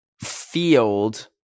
field